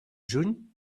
juny